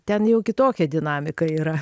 ten jau kitokia dinamika yra